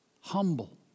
humble